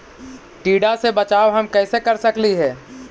टीडा से बचाव हम कैसे कर सकली हे?